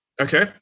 okay